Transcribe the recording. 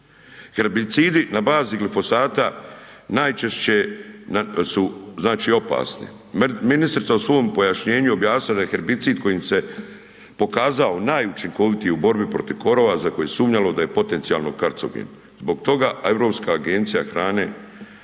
Herbicidi na bazi glifosata najčešće su znači opasni. Ministrica u svom pojašnjenju objasnila da je herbicid kojim se pokazao najučinkovitiji u borbi protiv korova, za koje se sumnjalo da je potencijalno karcogen, zbog toga Europska agencija hrane